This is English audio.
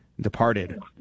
departed